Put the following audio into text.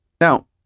Now